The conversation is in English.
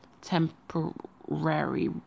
temporary